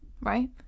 Right